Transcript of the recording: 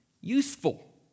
useful